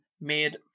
made